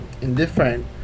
indifferent